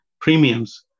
premiums